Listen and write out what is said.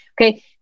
Okay